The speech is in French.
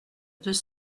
deux